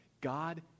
God